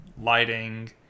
lighting